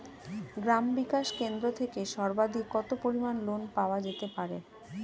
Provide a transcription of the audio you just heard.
গ্রাম বিকাশ কেন্দ্র থেকে সর্বাধিক কত পরিমান লোন পাওয়া যেতে পারে?